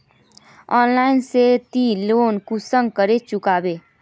Online से ती loan कुंसम करे चुकाबो?